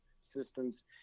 systems